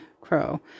Crow